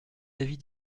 avis